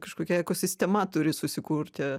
kažkokia ekosistema turi susikurti